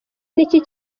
niki